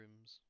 rooms